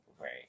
Right